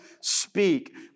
speak